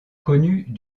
connues